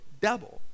double